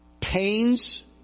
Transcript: pains